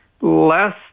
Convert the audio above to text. less